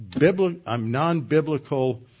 non-biblical